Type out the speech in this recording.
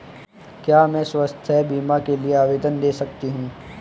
क्या मैं स्वास्थ्य बीमा के लिए आवेदन दे सकती हूँ?